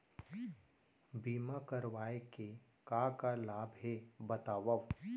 बीमा करवाय के का का लाभ हे बतावव?